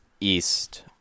east